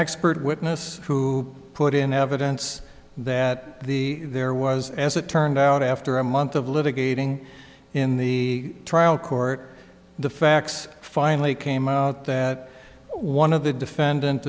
expert witness who put in evidence that the there was as it turned out after a month of litigating in the trial court the facts finally came out that one of the defendant